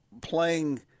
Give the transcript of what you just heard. playing